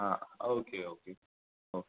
आं okay okay okay